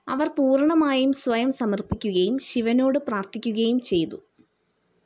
അവർ പൂർണമായും സ്വയം സമർപ്പിക്കുകയും ശിവനോട് പ്രാർത്ഥിക്കുകയും ചെയ്തു